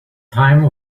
time